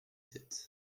sept